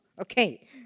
okay